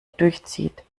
durchzieht